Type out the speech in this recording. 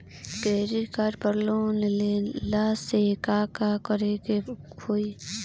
Credit card पर loan लेला से का का करे क होइ?